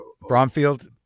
Bromfield